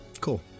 cool